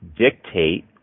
dictate